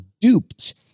duped